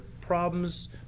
problems